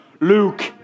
Luke